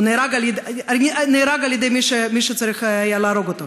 הוא נהרג על-ידי מי שהיה צריך להרוג אותו,